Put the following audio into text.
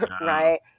right